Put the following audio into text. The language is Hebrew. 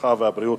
הרווחה והבריאות,